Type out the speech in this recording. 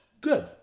Good